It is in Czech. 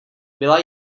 byla